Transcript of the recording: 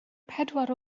pedwar